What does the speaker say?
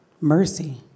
mercy